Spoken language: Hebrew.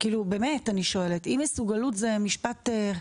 כאילו באמת אני שואלת, אם מסוגלות זה משפט.